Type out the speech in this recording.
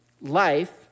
life